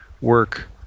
work